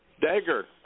dagger